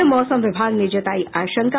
और मौसम विभाग ने जतायी आशंका